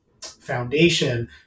foundation